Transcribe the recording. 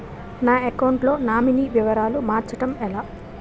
నా అకౌంట్ లో నామినీ వివరాలు మార్చటం ఎలా?